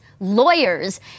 lawyers